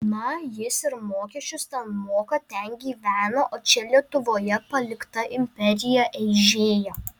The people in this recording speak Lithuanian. na jis ir mokesčius ten moka ten gyvena o čia lietuvoje palikta imperija eižėja